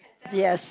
yes